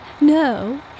No